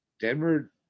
Denver